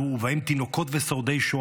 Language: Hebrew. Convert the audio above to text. ובהם תינוקות ושורדי שואה.